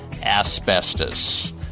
asbestos